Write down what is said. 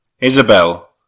Isabel